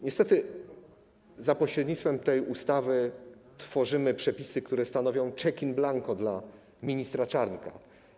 Niestety za pośrednictwem tej ustawy tworzymy przepisy, które stanowią czek in blanco dla ministra Czarnka.